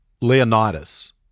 Leonidas